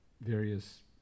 various